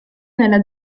nella